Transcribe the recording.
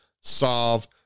solve